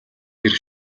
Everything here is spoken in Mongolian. хэрэг